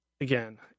Again